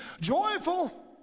joyful